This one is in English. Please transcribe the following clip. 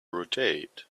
rotate